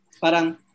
parang